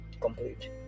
complete